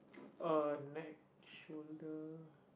uh neck shoulder